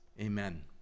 Amen